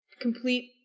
complete